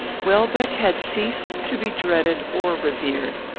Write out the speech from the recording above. welbeck had ceased to be dreaded or revered.